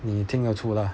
你听得出来